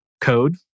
code